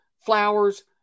flowers